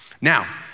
Now